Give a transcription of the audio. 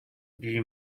die